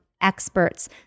experts